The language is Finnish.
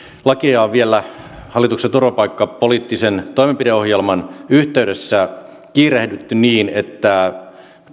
lakia on vielä hallituksen turvapaikkapoliittisen toimenpideohjelman yhteydessä kiirehditty niin että